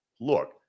look